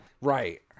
Right